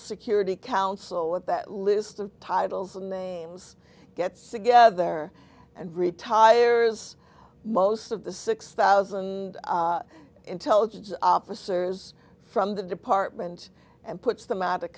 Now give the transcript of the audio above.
security council with that list of titles and names gets together and retires most of the six thousand intelligence officers from the department and puts them out of